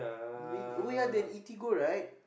mean oh ya they have Eatigo right